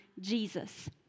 Jesus